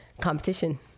competition